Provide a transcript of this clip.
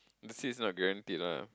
the seats not guaranteed lah